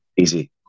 easy